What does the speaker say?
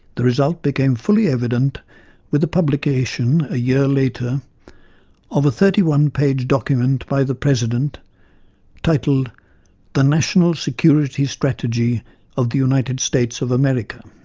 the result became fully evident with the publication a year later of a thirty one page statement and by the president titled the national security strategy of the united states of america.